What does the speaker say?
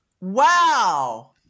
Wow